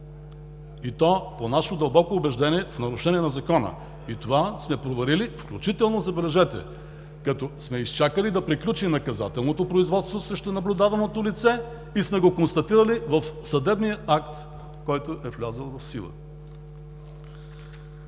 и то, по наше дълбоко убеждение, в нарушение на Закона. Това сме проверили включително, забележете, като сме изчакали да приключи наказателното производство срещу наблюдаваното лице и сме го констатирали в съдебния акт, който е влязъл в сила.